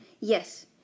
Yes